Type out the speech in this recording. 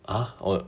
!huh! what